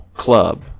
club